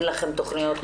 ואין לכם תוכניות כאלה?